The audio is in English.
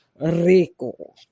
rico